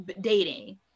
dating